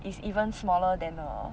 is even smaller than a